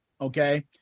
Okay